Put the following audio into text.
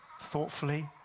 thoughtfully